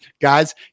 guys